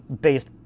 based